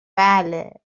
بله